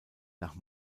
nach